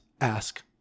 ask